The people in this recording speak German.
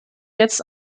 jetzt